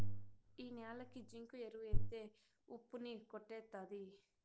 ఈ న్యాలకి జింకు ఎరువు ఎత్తే ఉప్పు ని కొట్టేత్తది